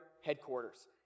headquarters